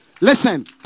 listen